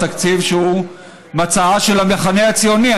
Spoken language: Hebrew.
תקציב שהוא מצעה של המחנה הציוני.